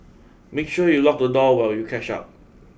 make sure you lock the door while you catch up